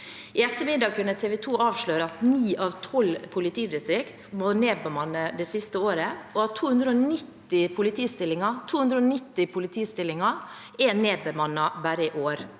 I ettermiddag kunne TV 2 avsløre at 9 av 12 politidistrikt har måttet nedbemanne det siste året, og at 290 politistillinger er nedbemannet bare i år.